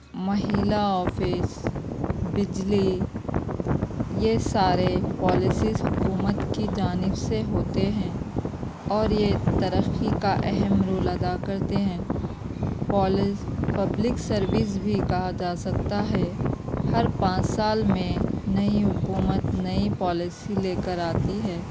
مہیلا آفس بجلی یہ سارے پالیسیس حکومت کی جانب سے ہوتے ہیں اور یہ ترقی کا اہم رول ادا کرتے ہیں پالیس پبلک سروس بھی کہا جا سکتا ہے ہر پانچ سال میں نئی حکومت نئی پالیسی لے کر آتی ہے